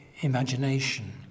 imagination